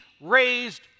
raised